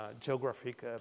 geographic